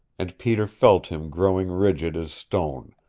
and peter felt him growing rigid as stone,